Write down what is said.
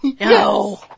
No